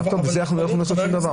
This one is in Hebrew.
בזה אנחנו לא יכולים לעשות שום דבר.